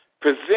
present